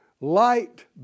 light